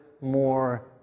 more